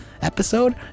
episode